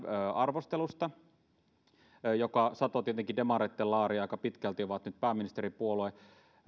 arvostelusta kampanja satoi tietenkin demareitten laariin aika pitkälti ovat nyt pääministeripuolue